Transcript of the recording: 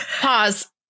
pause